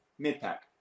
mid-pack